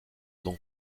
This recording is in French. donc